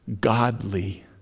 godly